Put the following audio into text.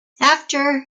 after